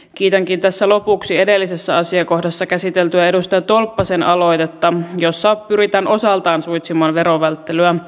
kiitänkin tässä lopuksi edellisessä asiakohdassa käsiteltyä edustaja tolppasen aloitetta jossa pyritään osaltaan suitsimaan verovälttelyä